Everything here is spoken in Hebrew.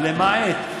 למעט.